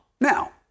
now